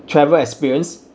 travel experience